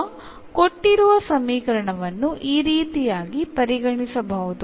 ಈಗ ಕೊಟ್ಟಿರುವ ಸಮೀಕರಣವನ್ನುಈ ರೀತಿಯಾಗಿ ಪರಿಗಣಿಸಬಹುದು